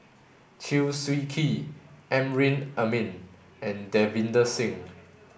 Chew Swee Kee Amrin Amin and Davinder Singh